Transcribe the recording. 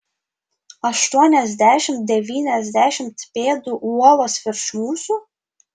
aštuoniasdešimt devyniasdešimt pėdų uolos virš mūsų